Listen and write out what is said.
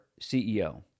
CEO